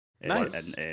Nice